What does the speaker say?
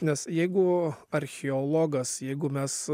nes jeigu archeologas jeigu mes